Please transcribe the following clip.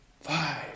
five